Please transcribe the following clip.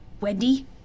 Wendy